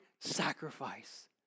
sacrifice